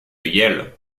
yale